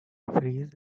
freeze